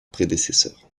prédécesseurs